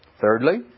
Thirdly